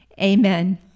Amen